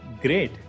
Great